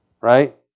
Right